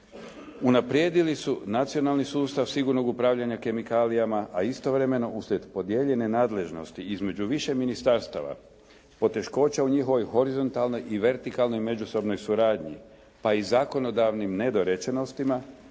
unaprijedili su nacionalni sustav sigurnog upravljanja kemikalijama a istovremeno uslijed podijeljene nadležnosti između više ministarstava, poteškoća u njihovoj horizontalnoj i vertikalnoj međusobnoj suradnji, pa i zakonodavnim nedorečenostima